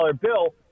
bill